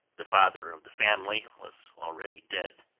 the father of the family was already dead.